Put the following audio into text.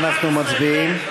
אנחנו מצביעים.